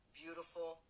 beautiful